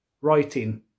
writing